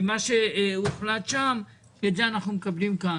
ומה שהוחלט שם את זה אנחנו מקבלים כאן.